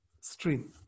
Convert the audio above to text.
stream